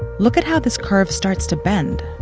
look at how this curve starts to bend.